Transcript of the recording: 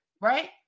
Right